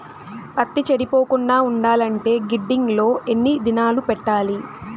పత్తి చెడిపోకుండా ఉండాలంటే గిడ్డంగి లో ఎన్ని దినాలు పెట్టాలి?